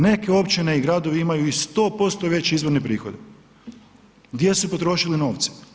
Neke općine i gradovi imaju i 100% veće izvorne prihode, gdje su potrošili novce?